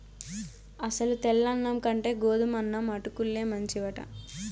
అసలు తెల్ల అన్నం కంటే గోధుమన్నం అటుకుల్లే మంచివట